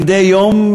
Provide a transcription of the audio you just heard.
מדי יום,